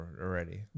already